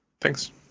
thanks